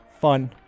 Fun